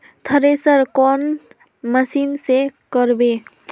Thresher कौन machine से करबे?